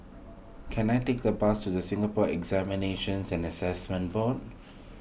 can I take the bus to the Singapore Examinations and Assessment Board